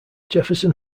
jefferson